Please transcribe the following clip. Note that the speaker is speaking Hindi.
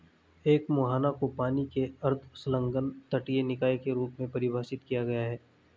एक मुहाना को पानी के एक अर्ध संलग्न तटीय निकाय के रूप में परिभाषित किया गया है